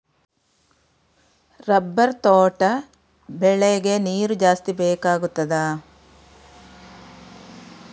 Rubber ತೋಟ ಬೆಳೆಗೆ ನೀರು ಜಾಸ್ತಿ ಬೇಕಾಗುತ್ತದಾ?